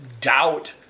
doubt